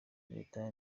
leta